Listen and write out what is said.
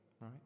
right